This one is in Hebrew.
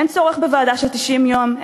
אין צורך בוועדה של 90 יום,